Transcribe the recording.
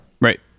Right